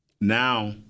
Now